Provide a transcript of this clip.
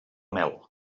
mel